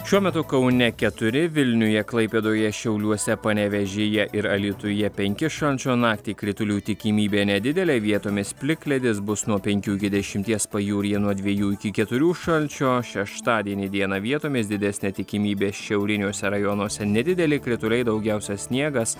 šiuo metu kaune keturi vilniuje klaipėdoje šiauliuose panevėžyje ir alytuje penki šalčio naktį kritulių tikimybė nedidelė vietomis plikledis bus nuo penkių iki dešimties pajūryje nuo dviejų iki keturių šalčio šeštadienį dieną vietomis didesnė tikimybė šiauriniuose rajonuose nedideli krituliai daugiausia sniegas